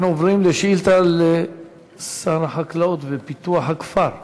אנחנו עוברים לשאילתה לשר החקלאות ופיתוח הכפר.